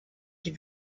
die